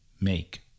make